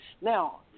Now